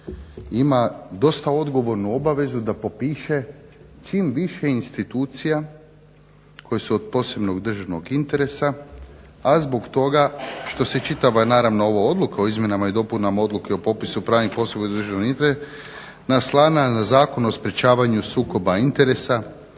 ima dosta odgovornu obavezu da popiše čim više institucija koje su od posebnog državnog interesa a zbog toga što se čitava naravno ova odluka o izmjenama i dopunama Odluke o popisu pravnih osoba od posebnog državnog interesa naslanja na Zakon o sprečavanju sukoba interesa